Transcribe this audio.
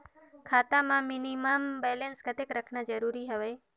खाता मां minimum balance कतेक रखना जरूरी हवय?